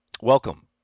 welcome